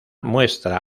muestra